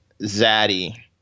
zaddy